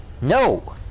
No